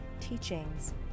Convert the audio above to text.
teachings